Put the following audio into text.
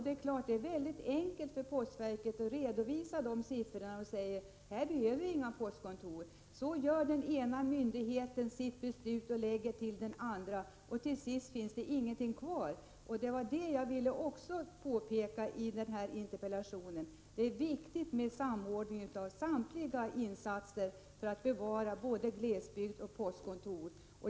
Det är klart att det är enkelt för Postverket att redovisa dessa siffror och säga att här behövs inga postkontor. Så tar den ena myndigheten sitt beslut och vidarebefordrar det till nästa myndighet, och till sist finns det ingen service kvar. Det var också det jag ville påpeka i min interpellation att det är viktigt med samordning av samtliga insatser för att bevara postkontoren i glesbygden.